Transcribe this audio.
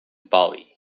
bali